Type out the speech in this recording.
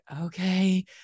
okay